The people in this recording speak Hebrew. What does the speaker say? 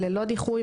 ללא דיחוי,